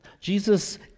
Jesus